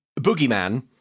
boogeyman